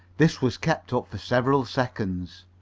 this was kept up for several seconds.